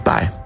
Bye